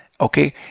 Okay